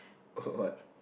what